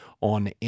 on